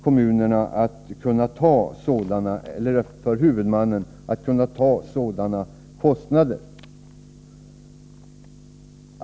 Därmed blir det svårt för huvudmannen att ta sådana kostnader.